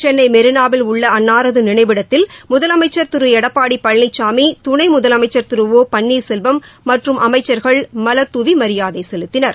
சென்னை மெரினாவில் உள்ள அன்னாரது நினைவிடத்தில் முதலமைச்சர் திரு எடப்பாடி பழனிசாமி துணை முதலமைச்சர் திரு ஒ பள்ளீர்செல்வம் மற்றும் அமைச்சர்கள் மலர்தூவி மரியாதை செலுத்தினர்